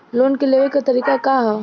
Loan के लेवे क तरीका का ह?